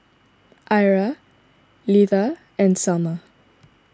Ira Leatha and Salma